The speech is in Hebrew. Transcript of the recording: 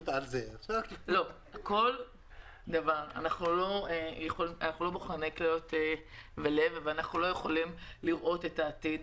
אנחנו לא בוחני כליות ולב ואנחנו לא יכולים לראות את העתיד.